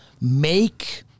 make